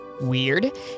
weird